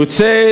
יוצא,